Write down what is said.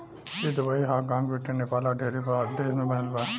ई Dubai, Hong कॉग, Britain, Nepal आ ढेरे देश में बनल बा